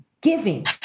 giving